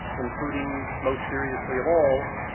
including, most seriously of all,